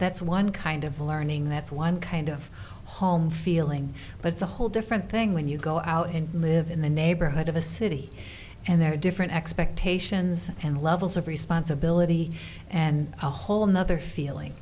that's one kind of learning that's one kind of home feeling but it's a whole different thing when you go out and live in the neighborhood of a city and there are different expectations and levels of responsibility and a whole nother feeling